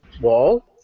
wall